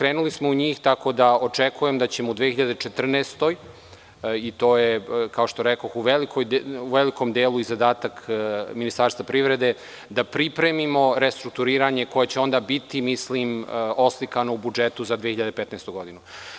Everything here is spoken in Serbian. Krenuli smo u njih, tako da očekujem da ćemo u 2014. godini, to je, kao što rekoh, u velikom delu i zadatak Ministarstva privrede, da pripremimo restrukturiranje koje će onda biti oslikano u budžetu za 2015. godinu.